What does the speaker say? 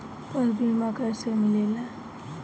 पशु बीमा कैसे मिलेला?